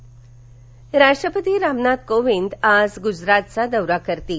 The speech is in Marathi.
राष्ट्रपती राष्ट्रपती रामनाथ कोविंद आज गुजरातचा दौरा करतील